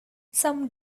some